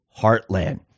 heartland